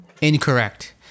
Incorrect